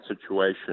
situation